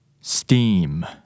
Steam